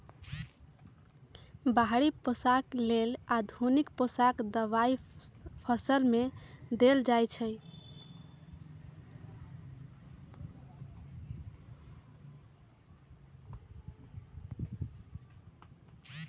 बाहरि पोषक लेल आधुनिक पोषक दबाई फसल में देल जाइछइ